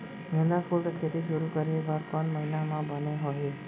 गेंदा फूल के खेती शुरू करे बर कौन महीना मा बने होही?